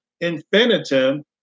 infinitum